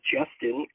Justin